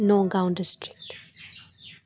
Nagaon district